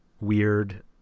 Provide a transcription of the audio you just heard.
weird